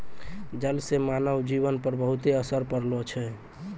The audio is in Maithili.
जल से मानव जीवन पर बहुते असर पड़लो छै